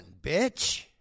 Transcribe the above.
bitch